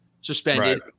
suspended